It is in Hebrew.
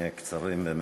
נהיה קצרים וממוקדים.